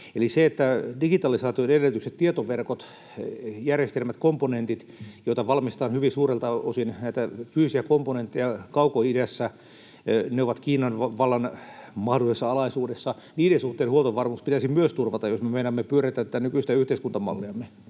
Eli se, että digitalisaation edellytykset — tietoverkot, järjestelmät, komponentit, nämä fyysiset komponentit, joita valmistetaan hyvin suurelta osin Kaukoidässä — ovat Kiinan vallan mahdollisessa alaisuudessa, niin niiden suhteen huoltovarmuus pitäisi myös turvata, jos me meinaamme pyörittää tätä nykyistä yhteiskuntamalliamme.